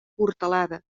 portalada